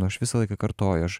nu aš visą laiką kartoju aš